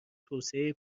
توسعه